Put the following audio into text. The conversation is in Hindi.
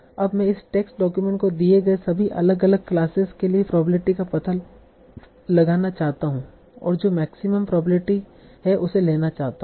अब मैं इस टेस्ट डॉक्यूमेंट को दिए गए सभी अलग अलग क्लासेस के लिए प्रोबेबिलिटी का पता लगाना चाहता हूं और जो मैक्सिमम प्रोबेबिलिटी है उसे लेना चाहता हूं